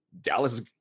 Dallas